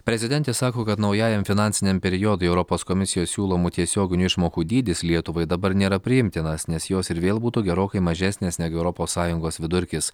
prezidentė sako kad naujajam finansiniam periodui europos komisijos siūlomų tiesioginių išmokų dydis lietuvai dabar nėra priimtinas nes jos ir vėl būtų gerokai mažesnės negu europos sąjungos vidurkis